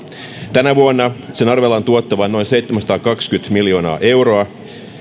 tänä vuonna sen arvellaan tuottavan noin seitsemänsataakaksikymmentä miljoonaa euroa